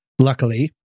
luckily